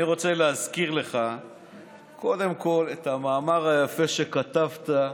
אני רוצה להזכיר לך קודם כול את המאמר היפה שכתבת,